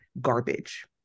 garbage